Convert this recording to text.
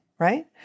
Right